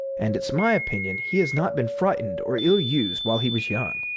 and it's my opinion he has not been frightened or ill-used while he was young.